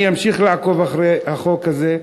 אני אמשיך לעקוב אחרי החוק הזה.